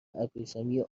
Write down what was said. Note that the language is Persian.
ابریشمی